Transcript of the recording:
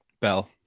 Bell